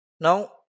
now